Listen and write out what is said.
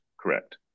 correct